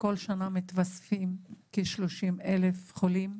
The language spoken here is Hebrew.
כל שנה מתווספים כ-30 אלף חולים,